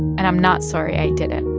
and i'm not sorry i did it